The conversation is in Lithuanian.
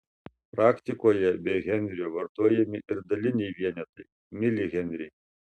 praktikoje be henrio vartojami ir daliniai vienetai milihenriai